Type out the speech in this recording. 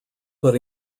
but